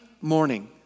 morning